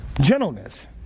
Gentleness